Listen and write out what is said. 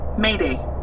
Mayday